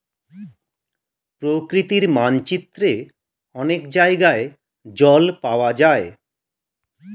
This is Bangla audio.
প্রকৃতির মানচিত্রে অনেক জায়গায় জল পাওয়া যায়